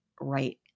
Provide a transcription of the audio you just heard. right